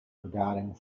regarding